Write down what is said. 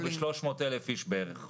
אנחנו נוגעים פה ב-300,000 איש בערך.